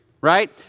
Right